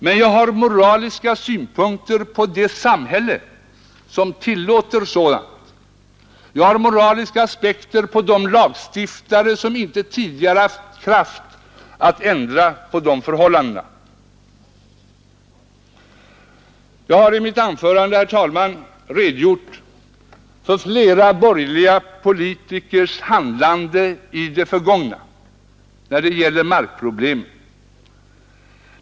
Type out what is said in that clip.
Men jag har moraliska synpunkter på det samhälle som tillåter sådant. Jag har moraliska aspekter på de lagstiftare som inte tidigare haft kraft att ändra på dessa förhållanden. Jag har i mitt anförande, herr talman, redogjort för flera borgerliga politikers handlande i det förgångna när det gäller markproblemen.